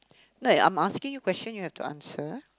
like I'm asking you question you have to answer